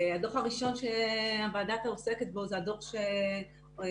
הדוח הראשון שהוועדה עוסקת בו זה הדוח שנוגע